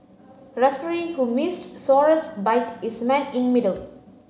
referee who missed Suarez bite is man in middle